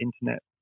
Internet